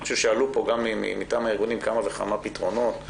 אני חושב שעלו פה גם מטעם הארגונים כמה וכמה פתרונות,